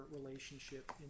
relationship